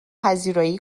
پذیرایی